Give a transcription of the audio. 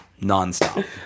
nonstop